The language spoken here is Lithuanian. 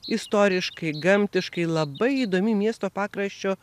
istoriškai gamtiškai labai įdomi miesto pakraščio